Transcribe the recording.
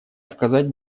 отказать